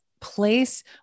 place